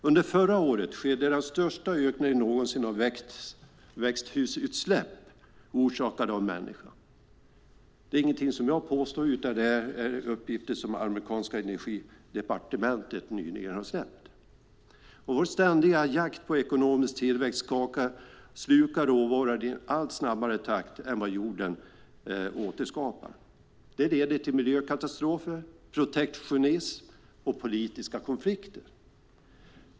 Under förra året skedde den största ökningen någonsin av växthusutsläpp orsakade av människan. Det är ingenting som jag påstår, utan det är uppgifter som det amerikanska energidepartementet nyligen har släppt. Vår ständiga jakt på ekonomisk tillväxt slukar råvaror i en snabbare takt än vad jorden återskapar dem. Det leder till miljökatastrofer, protektionism och politiska konflikter.